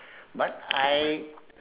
but I